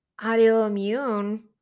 autoimmune